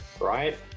right